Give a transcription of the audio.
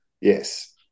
Yes